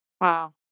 Wow